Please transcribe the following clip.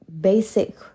basic